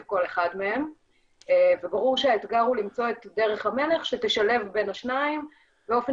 כל אחד מהם וברור שהאתגר הוא למצוא את דרך המלך שתשלב בין השניים באופן